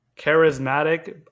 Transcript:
Charismatic